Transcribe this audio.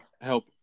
help